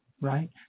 Right